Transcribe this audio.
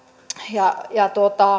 ja ja